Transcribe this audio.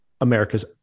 America's